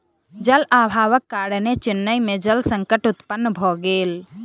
जल अभावक कारणेँ चेन्नई में जल संकट उत्पन्न भ गेल